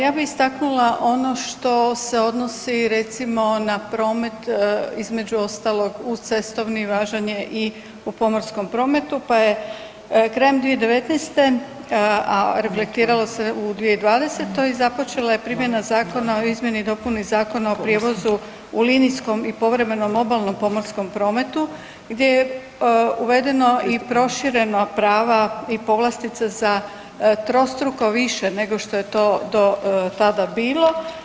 Ja bi istaknula ono što se odnosi recimo na promet između ostalog uz cestovni važan je i u pomorskom prometu pa je krajem 2019., a reflektiralo se u 2020.-toj započela je primjena Zakona o izmjeni i dopuni Zakona o prijevozu u linijskom i povremenom obalnom pomorskom prometu gdje je uvedeno i proširena prava i povlastice za trostruko više nego što je to do tada bilo.